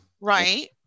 right